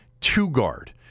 two-guard